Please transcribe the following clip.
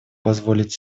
позволить